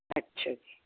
ਅੱਛਾ ਜੀ